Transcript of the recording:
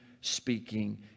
speaking